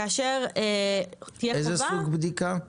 איזה סוג בדיקה?